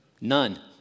None